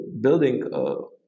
building